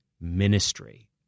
ministry